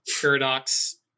paradox